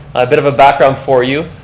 ah bit of a background for you,